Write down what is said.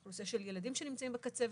אוכלוסייה של ילדים שנמצאים בקצה,